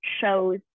shows